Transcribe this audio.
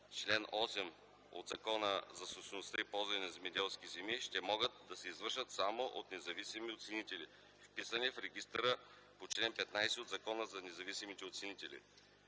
ал. 8 от Закона за собствеността и ползването на земеделските земи ще могат да се извършват само от независими оценители, вписани в регистъра по чл. 15 от Закона за независимите оценители.